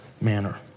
manner